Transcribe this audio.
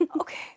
Okay